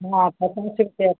हाँ पचास रुपया